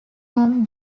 whom